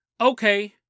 Okay